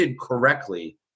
correctly